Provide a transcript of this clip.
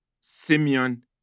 Simeon